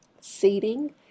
seating